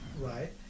Right